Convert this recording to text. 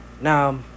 now